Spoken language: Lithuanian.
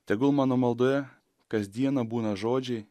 tegul mano maldoje kasdieną būna žodžiai